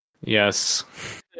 Yes